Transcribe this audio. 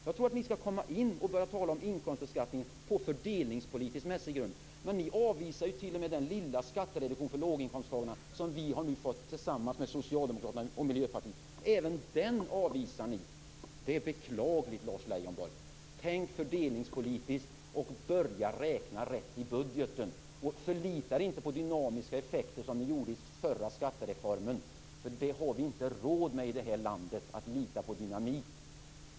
Jag tror att ni skall komma in och börja tala om inkomstbeskattningen på fördelningsmässig grund. Men ni avvisar t.o.m. den lilla skattereduktion för låginkomsttagarna som vi nu har fått igenom tillsammans med Socialdemokraterna och Miljöpartiet. Det är beklagligt, Lars Leijonborg. Tänk fördelningspolitiskt! Börja räkna rätt i budgeten! Förlita er inte på dynamiska effekter, som ni gjorde i den förra skattereformen! Vi har inte i det här landet råd att lita på dynamik.